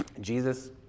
Jesus